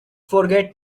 forget